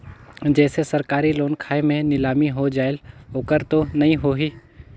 जैसे सरकारी लोन खाय मे नीलामी हो जायेल ओकर तो नइ होही?